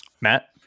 Matt